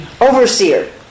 Overseer